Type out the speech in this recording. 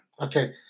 Okay